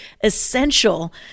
essential